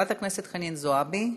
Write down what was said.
חברת הכנסת חנין זועבי,